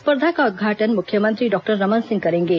स्पर्धा का उद्घाटन मुख्यमंत्री डॉक्टर रमन सिंह करेंगे